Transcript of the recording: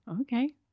Okay